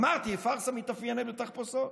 אמרתי שפארסה מתאפיינת בתחפושות.